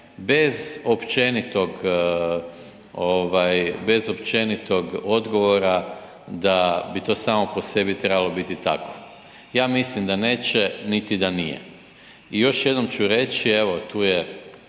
bez općenitog odgovora da bi to samo po sebi trebalo biti tako. Ja mislim da neće, niti da nije. I još jednom ću reći, evo tu je